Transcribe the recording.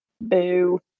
Boo